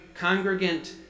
congregant